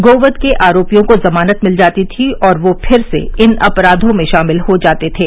गो वध के आरोपियों को जमानत मिल जाती थी और वे फिर से इन अपराधों में शामिल हो जाते थे